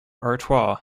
artois